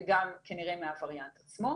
וגם כנראה מהווריאנט עצמו.